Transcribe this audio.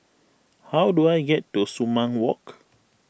how do I get to Sumang Walk